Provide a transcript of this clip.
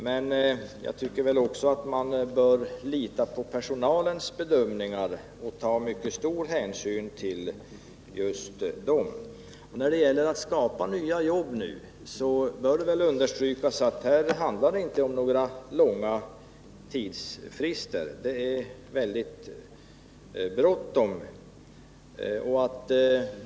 Men jag tycker också att man bör lita på personalens bedömningar och ta mycket stor hänsyn till just dem. När det gäller att skapa nya jobb bör det understrykas att det här inte handlar om några långa tidsfrister. Det är väldigt bråttom.